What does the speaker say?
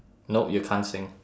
nope you can't sing